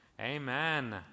Amen